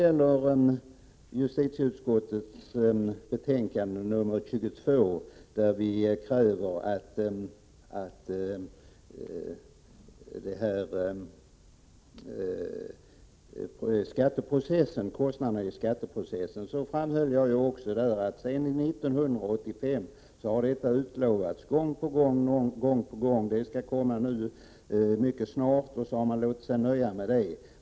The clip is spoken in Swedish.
I justitieutskottets betänkande nr 22 behandlas bl.a. kostnaderna för skatteprocesser. Jag har framhållit att det sedan 1985 gång på gång har utlovats förslag mycket snart, och så har man låtit sig nöja med det.